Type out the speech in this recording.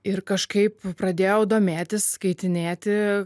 ir kažkaip pradėjau domėtis skaitinėti